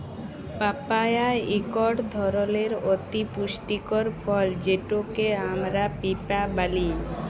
papaya ইকট ধরলের অতি পুষ্টিকর ফল যেটকে আমরা পিঁপা ব্যলি